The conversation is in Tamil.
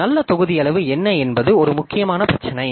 ஒரு நல்ல தொகுதி அளவு என்ன என்பது ஒரு முக்கியமான பிரச்சினை